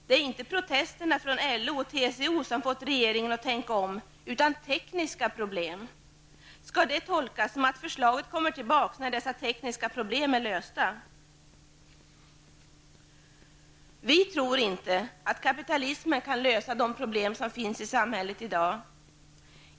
Det är inte protesterna från LO och TCO som fått regeringen att tänka om, utan tekniska problem. Skall detta tolkas som att förslaget kommer tillbaka när dessa tekniska problem är lösta? Vi tror inte att kapitalismen kan lösa de problem som finns i samhället i dag.